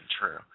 true